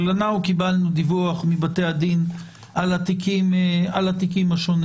אבל אנחנו קיבלנו דיווח מבתי הדין על התיקים השונים.